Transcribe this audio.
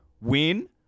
win